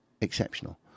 exceptional